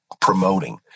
promoting